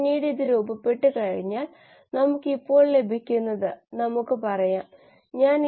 അതിനാൽ ചില വിശദാംശങ്ങൾ ലൈസിൻ ഉൽപാദനത്തിനായി നാം താൽപ്പര്യപ്പെടേണ്ട പ്രാഥമിക പാതയാണിത്